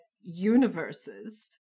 universes